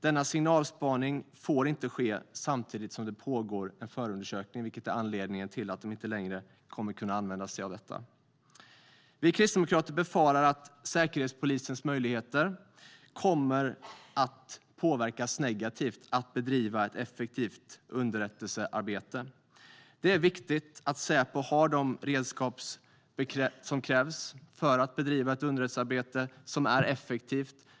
Denna signalspaning får inte ske samtidigt som det pågår en förundersökning, vilket är anledningen till att Säkerhetspolisen inte längre kan använda sig av signalspaning. Vi kristdemokrater befarar att Säkerhetspolisens möjligheter att bedriva ett effektivt underrättelsearbete kommer att påverkas negativt. Det är viktigt att Säpo har de redskap som krävs för att bedriva ett effektivt underrättelsearbete.